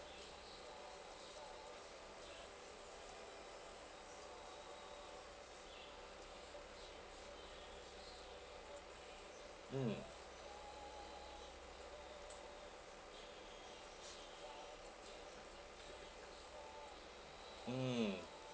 mm mm